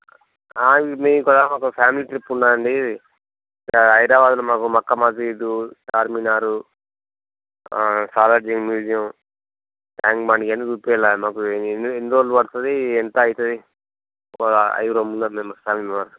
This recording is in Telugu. ఇది ఇక్కడ ఒక ఫ్యామిలీ ట్రిప్ ఉంది అండి ఇలాగ హైద్రాబాద్లో మాకు మక్కామసీదు చార్మినారు సాలార్జంగ్ మ్యూజియం ట్యాంక్ బండ్ ఇవన్నీ చూయించాల మాకు ఎన్ని రోజులు పడుతుంది ఎంత అవుతుంది ఒక ఐదు రోజుల ముందర నిలుస్తాం